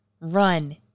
Run